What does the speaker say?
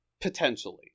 Potentially